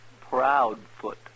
Proudfoot